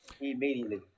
Immediately